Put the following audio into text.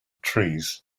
trees